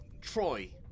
Troy